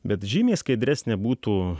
bet žymiai skaidresnė būtų